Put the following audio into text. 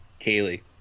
kaylee